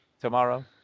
tomorrow